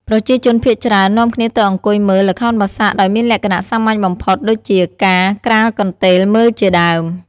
ប្រជាជនភាគច្រើននាំគ្នាទៅអង្គុយមើល ល្ខោនបាសាក់ដោយមានលក្ខណៈសាមញ្ញបំផុតដូចជាការក្រាលកន្ទេលមើលជាដើម ។